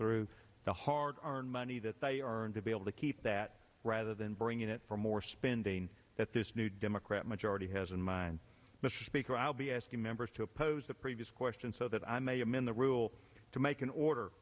through the hard earned money that they are and to be able to keep that rather than bring it for more spending that this new democrat majority has in mind mr speaker i'll be asking members to oppose the previous question so that i may have been the rule to make an order